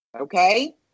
Okay